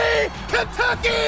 Kentucky